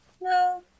No